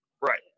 right